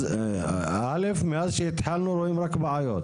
א' מאז שהתחלנו רואים רק בעיות,